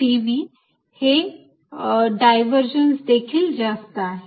dv हे divergence देखील जास्त आहे